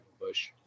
bush